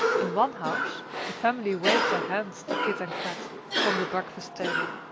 in one house the family waved their hands to kit and kat from the breakfast table,